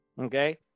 okay